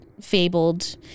Fabled